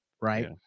Right